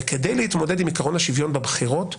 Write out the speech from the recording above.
וכדי להתמודד עם עיקרון השוויון בבחירות,